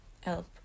help